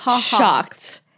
Shocked